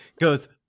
goes